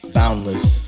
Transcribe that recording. boundless